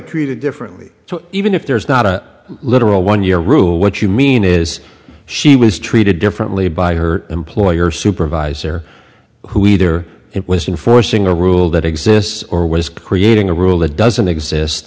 treated differently so even if there's not a literal one year rule what you mean is she was treated differently by her employer supervisor who either it was in forcing a rule that exists or was creating a rule that doesn't exist